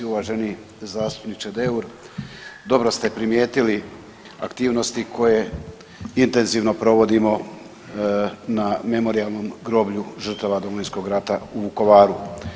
Uvaženi zastupniče Deur, dobro ste primijetili aktivnosti koje intenzivno provodimo na Memorijalnom groblju žrtava Domovinskog rata u Vukovaru.